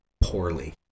poorly